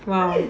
ya